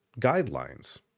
guidelines